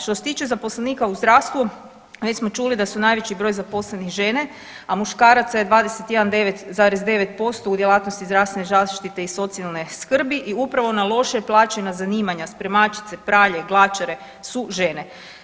Što se tiče zaposlenika u zdravstvu već smo čuli da su najveći broj zaposlenih žene, a muškaraca je 21,9% u djelatnosti zdravstvene zaštite i socijalne skrbi i upravo na loše plaćena zanimanja spremačice, pralje i glačare su žene.